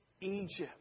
Egypt